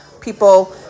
people